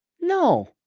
No